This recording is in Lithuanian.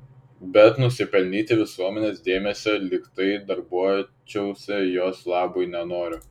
bet nusipelnyti visuomenės dėmesio lyg tai darbuočiausi jos labui nenoriu